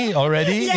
already